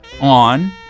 on